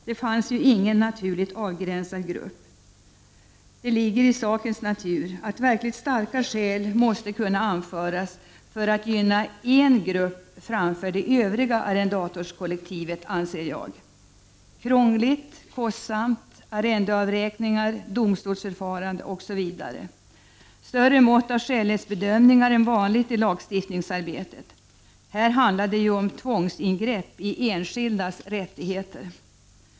Det fanns ju ingen naturligt avgränsad grupp. Det ligger i sakens natur att verkligt starka skäl måste kunna anföras för att gynna en grupp framför det övriga arrendatorskollektivet, anser jag. Det blir krångligt, kostsamt, arrendeavräkningar, domstolsförfarande m.m. och större mått av skälighetsbedömningar än vanligt i lagstiftningsarbetet. Här handlar det ju om tvångsingrepp i enskildas rättigheter.